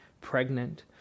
pregnant